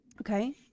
okay